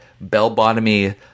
bell-bottomy